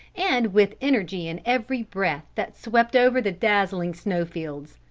and with energy in every breath that swept over the dazzling snowfields.